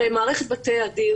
הרי מערכת בתי הדין,